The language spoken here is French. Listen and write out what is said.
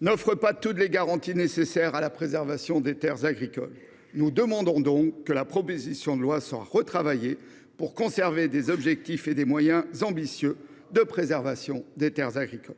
n’offre pas toutes les garanties nécessaires à la préservation des terres agricoles. Nous demandons donc que la proposition de loi soit retravaillée pour conserver des objectifs et des moyens ambitieux de préservation des terres agricoles.